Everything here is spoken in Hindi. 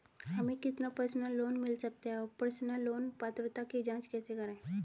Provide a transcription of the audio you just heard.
हमें कितना पर्सनल लोन मिल सकता है और पर्सनल लोन पात्रता की जांच कैसे करें?